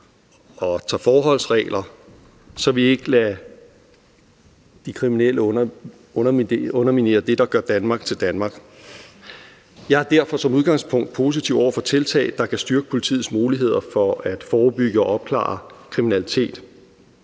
og træffer forholdsregler, så vi ikke lader de kriminelle underminere det, der gør Danmark til Danmark. Jeg er derfor som udgangspunkt positiv over for tiltag, der kan styrke politiets muligheder for at forebygge og opklare kriminalitet,